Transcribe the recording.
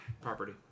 property